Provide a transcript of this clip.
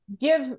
Give